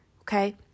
Okay